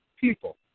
people